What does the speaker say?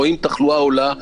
רואים תחלואה עולה,